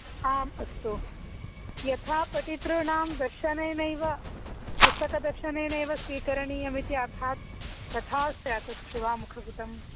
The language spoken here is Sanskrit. आम् अस्तु यथा पठितॄणां दर्शनेनैव पुस्तकदर्शनेनैव स्वीकरणीयमिति अभात् तथा स्यात् अस्तु वा मुखपुटम्